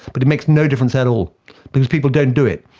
but it makes no difference at all because people don't do it.